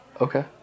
Okay